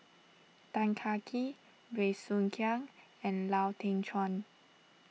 Tan Kah Kee Bey Soo Khiang and Lau Teng Chuan